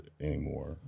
Anymore